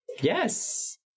Yes